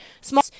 small